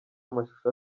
amashusho